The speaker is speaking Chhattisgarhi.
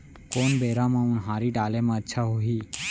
कोन बेरा म उनहारी डाले म अच्छा होही?